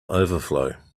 overflow